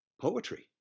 poetry